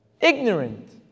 Ignorant